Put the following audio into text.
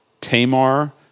Tamar